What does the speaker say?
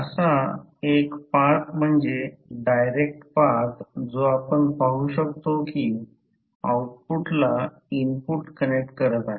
आणि एक गोष्ट म्हणजे मॅग्नेटिक फिल्ड स्ट्रेन्थ जी रेसिडूअल मॅग्नेटिझम काढून टाकण्यासाठी आवश्यक असते त्याला कोअरसिव फोर्स म्हणतात